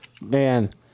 man